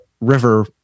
river